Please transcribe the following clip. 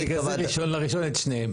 בגלל 1.1 את שניהם.